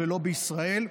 ולא בישראל.